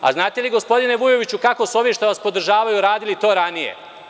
A, znate li gospodine Vujoviću kako su ovi što vas podražavaju radili to ranije?